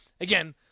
again